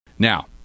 Now